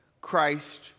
Christ